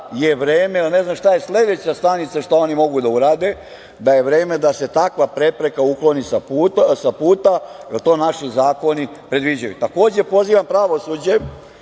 je vreme, jer ne znam šta je sledeća stanica šta oni mogu da urade, da se takva prepreka ukloni sa puta, da to naši zakoni predviđaju. Takođe, pozivam pravosuđe